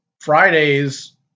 Fridays